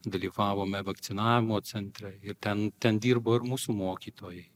dalyvavome vakcinavimo centre ir ten ten dirbo ir mūsų mokytojai